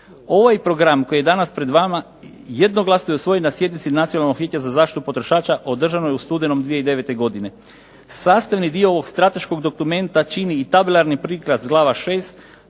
Ovaj program koji je danas pred vama jednoglasno je usvojen na sjednici Nacionalnog vijeća za zaštitu potrošača održanoj u studenom 2009. godine. Sastavni dio ovog strateškog dokumenta čini i tabularni prikaz glava 6.